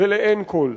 ולעין כול.